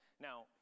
Now